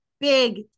big